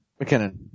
McKinnon